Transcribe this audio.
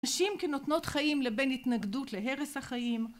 נשים כנותנות חיים לבין התנגדות להרס החיים